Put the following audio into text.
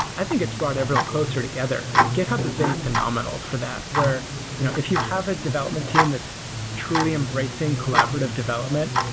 i think it's brought everyone closer together. github has been phenomenal for that, where you know if you have a development team that's truly embracing collaborative development,